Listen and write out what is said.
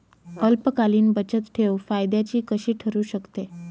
अल्पकालीन बचतठेव फायद्याची कशी ठरु शकते?